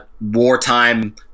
wartime